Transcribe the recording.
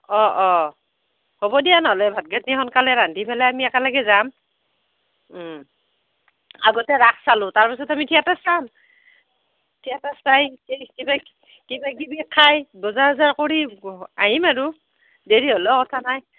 অঁ অঁ হ'ব দিয়া নহ'লে ভাত দি সোনকালে ৰান্ধি পেলাই আমি একেলগে যাম আগতে ৰাস চালো তাৰ পিছত আমি থিয়েটাৰ চাম থিয়েটাৰ চাই কিবা কিবি খাই বজাৰ চজাৰ কৰি আহিম আৰু দেৰি হ'লেও কথা নাই